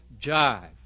jive